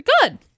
good